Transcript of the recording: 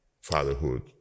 fatherhood